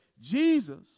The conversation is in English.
Jesus